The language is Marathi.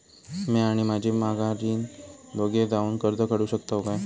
म्या आणि माझी माघारीन दोघे जावून कर्ज काढू शकताव काय?